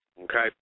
okay